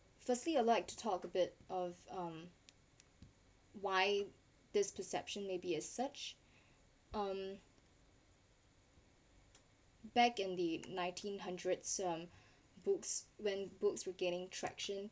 firstly I like to talk a bit of um why this perception may be a search um back in the nineteen hundred um books when books regaining traction